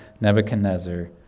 Nebuchadnezzar